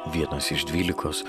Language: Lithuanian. vienas iš dvylikos